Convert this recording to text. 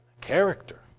character